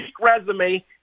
resume